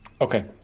Okay